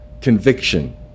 conviction